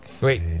Wait